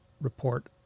report